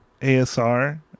ASR